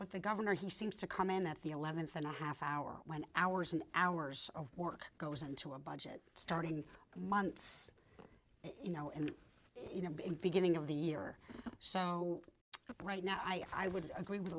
what the governor he seems to come in at the eleventh and a half hour when hours and hours of work goes into a budget starting months you know and you know in beginning of the year or so right now i would agree with